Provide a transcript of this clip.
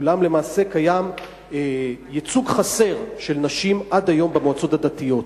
אולם למעשה קיים ייצוג חסר של נשים עד היום במועצות הדתיות.